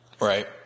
right